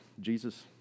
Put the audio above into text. Jesus